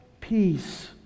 Peace